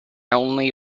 only